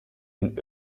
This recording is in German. den